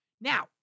Now